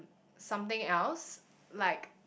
something else like